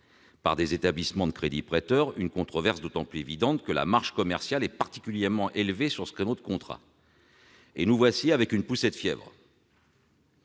par des établissements de crédit prêteurs, une controverse d'autant plus évidente que la marge commerciale est particulièrement élevée sur ce type de contrat, nous voilà avec une poussée de fièvre.